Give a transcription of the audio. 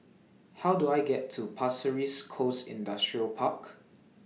How Do I get to Pasir Ris Coast Industrial Park